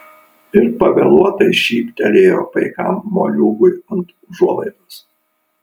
ir pavėluotai šyptelėjo paikam moliūgui ant užuolaidos